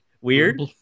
weird